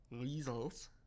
Weasels